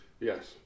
Yes